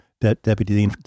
deputy